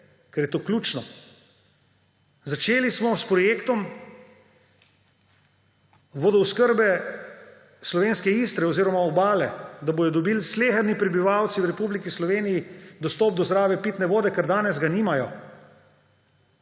ker je to ključno. Začeli smo s projektom vodooskrbe slovenske Istre oziroma Obale, da bodo dobili sleherni prebivalci v Republiki Sloveniji dostop do zdrave pitne vode, ker danes ga nimajo.